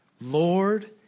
Lord